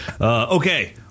Okay